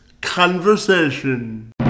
conversation